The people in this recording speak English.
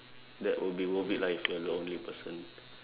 that will be worth it lah if you are the only person